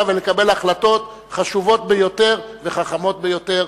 ולקבל החלטות חשובות ביותר וחכמות ביותר.